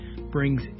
brings